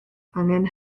angen